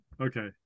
okay